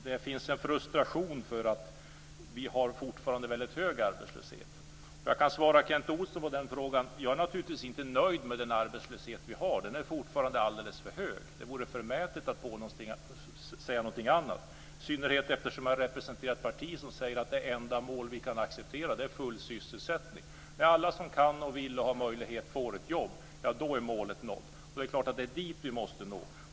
Det finns en frustration för att vi fortfarande har en hög arbetslöshet. Jag kan svara på Kent Olssons fråga. Jag är naturligtvis inte nöjd med den arbetslöshet vi har. Den är fortfarande alldeles för hög. Det vore förmätet att säga någonting annat, i synnerhet som jag representerar ett parti som säger att det enda mål vi kan acceptera är full sysselsättning. När alla som kan, vill och har möjlighet får ett jobb är målet nått. Det är klart att det är dit vi måste nå.